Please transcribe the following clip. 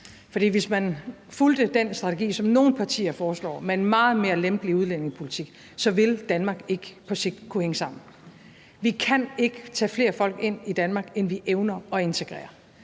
hvis man fulgte den strategi, som nogle partier foreslår, med en meget mere lempelig udlændingepolitik, så ville Danmark på sigt ikke kunne hænge sammen. Vi kan ikke tage flere folk ind i Danmark, end vi evner at integrere,